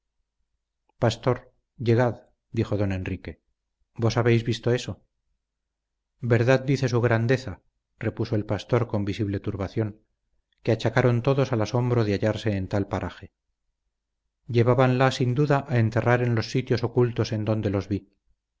llegad dijo don enrique vos habéis visto eso verdad dice su grandeza repuso el pastor con visible turbación que achacaron todos al asombro de hallarse en tal paraje llevábanla sin duda a enterrar en los sitios ocultos en donde los vi